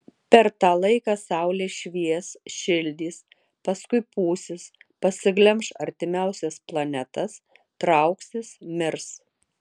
per tą laiką saulė švies šildys paskui pūsis pasiglemš artimiausias planetas trauksis mirs